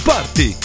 Party